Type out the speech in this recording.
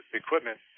equipment